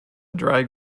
drag